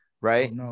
Right